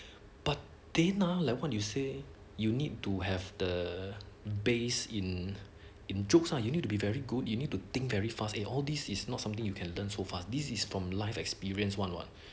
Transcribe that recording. but they now like what you say you need to have the base in in jokes uh you need to be very good you need to think very fast eh all this is not something you can learn so fast this is from life experience one what